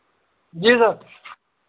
जी sir